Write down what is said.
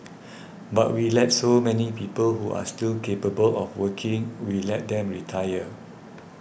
but we let so many people who are still capable of working we let them retire